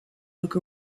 look